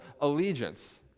allegiance